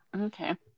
Okay